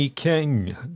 King